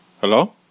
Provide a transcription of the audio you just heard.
Hello